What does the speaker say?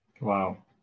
Wow